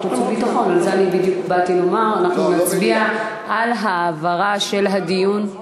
אנחנו נצביע על העברה של ההצעות לסדר-היום,